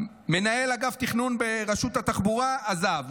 מנהל אגף תכנון ברשות התחבורה עזב,